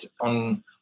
on